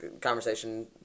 conversation